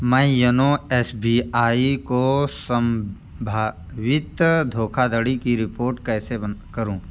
मैं YONO S B I को सम्भावित धोखाधड़ी की रिपोर्ट कैसे बंद करूँ